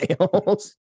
sales